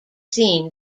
seen